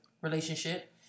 relationship